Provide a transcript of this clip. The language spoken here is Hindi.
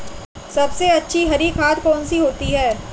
सबसे अच्छी हरी खाद कौन सी होती है?